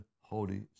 Holy